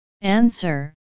Answer